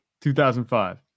2005